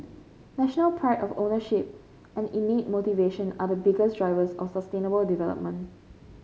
national pride of ownership and innate motivation are the biggest drivers of sustainable development